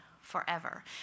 forever